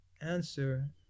answer